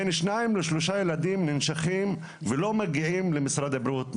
בין 2 ל-3 ילדים ננשכים ולא מגיעים למשרד הבריאות.